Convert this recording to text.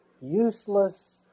useless